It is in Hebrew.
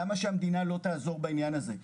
למה שהמדינה לא תעזור בעניין הזה?